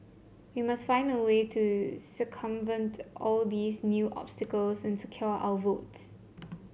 we must find a way to circumvent all these new obstacles and secure our votes